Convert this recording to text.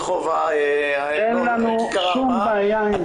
אין לנו שום בעיה עם זה.